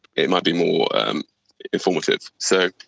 it might be more informative. so,